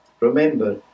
Remember